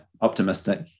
Optimistic